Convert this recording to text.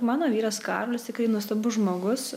mano vyras karolis tikrai nuostabus žmogus